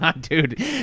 Dude